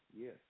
Yes